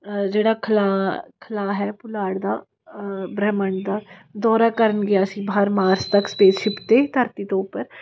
ਜਿਹੜਾ ਖਲਾਅ ਖਲਾਅ ਹੈ ਪੁਲਾੜ ਦਾ ਬ੍ਰਹਿਮੰਡ ਦਾ ਦੌਰਾ ਕਰਨ ਗਿਆ ਸੀ ਬਾਹਰ ਮਾਰਸ ਤੱਕ ਸਪੇਸਸਿਪ 'ਤੇ ਧਰਤੀ ਤੋਂ ਉੱਪਰ